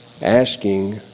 asking